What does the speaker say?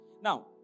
Now